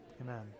Amen